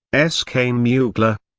s k. mugla.